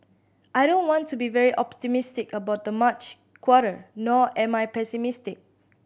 I don't want to be very optimistic about the March quarter nor am I pessimistic